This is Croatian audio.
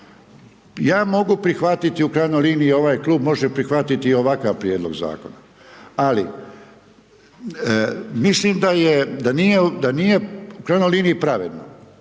Ja mogu prihvatiti, u krajnjoj liniji i ovaj klub može prihvatiti i ovakav prijedlog zakona ali mislim da je, da nije u krajnjoj liniji pravedno,